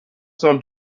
سال